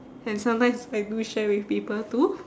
and sometimes I do share with people too